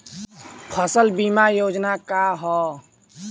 फसल बीमा योजना का ह?